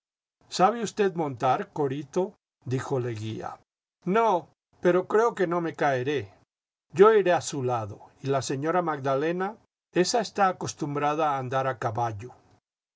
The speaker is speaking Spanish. sabe usted montar corito dijo leguía no pero creo que no me caeré yo iré a su lado y la señora magdalena esa está acostumbrada a andar a caballo